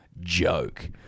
joke